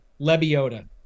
Lebiota